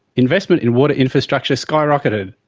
investment in water infrastructure skyrocketed.